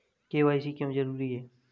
KYC क्यों जरूरी है?